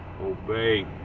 obey